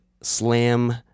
slam